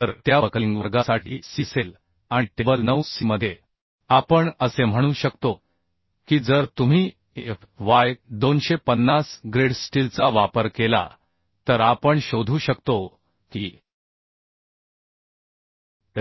तर त्या बकलिंग वर्गासाठी cअसेल आणि टेबल 9 सी मध्ये आपण असे म्हणू शकतो की जर तुम्ही fy 250 ग्रेड स्टीलचा वापर केला तर आपण शोधू शकतो की